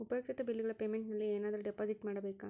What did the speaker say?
ಉಪಯುಕ್ತತೆ ಬಿಲ್ಲುಗಳ ಪೇಮೆಂಟ್ ನಲ್ಲಿ ಏನಾದರೂ ಡಿಪಾಸಿಟ್ ಮಾಡಬೇಕಾ?